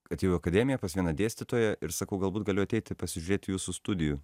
atėjau į akademiją pas vieną dėstytoją ir sakau galbūt galiu ateiti pasižiūrėti jūsų studijų